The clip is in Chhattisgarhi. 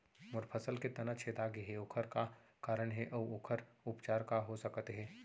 मोर फसल के तना छेदा गेहे ओखर का कारण हे अऊ ओखर उपचार का हो सकत हे?